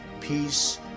peace